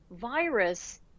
virus